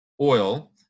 oil